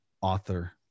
author